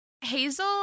Hazel